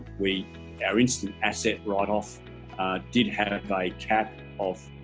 we yeah instant asset write-off did have a cap of